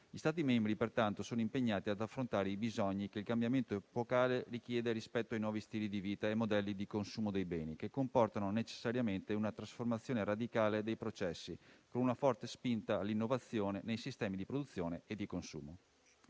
Gli Stati membri pertanto sono impegnati ad affrontare i bisogni che il cambiamento epocale richiede rispetto ai nuovi stili di vita e ai modelli di consumo dei beni, che comportano necessariamente una trasformazione radicale dei processi con una forte spinta all'innovazione nei sistemi di produzione e di consumo.